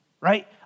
right